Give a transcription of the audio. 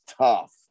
tough